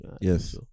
Yes